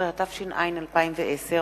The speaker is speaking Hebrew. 13), התש"ע 2010,